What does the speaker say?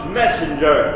messenger